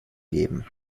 geben